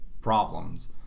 problems